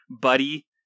Buddy